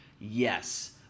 Yes